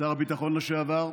שר הביטחון לשעבר.